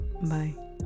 Bye